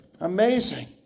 Amazing